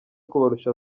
kubarusha